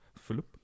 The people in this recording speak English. Philip